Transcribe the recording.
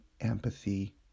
empathy